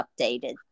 updated